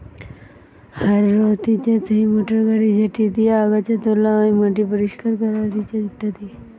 harrow হতিছে সেই motor গাড়ি যেটি দিয়া আগাছা তোলা হয়, মাটি পরিষ্কার করা হতিছে ইত্যাদি